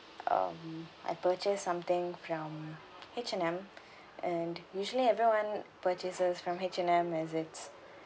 um I purchase something from H&M and usually everyone purchases from H&M as it's